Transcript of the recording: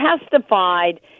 testified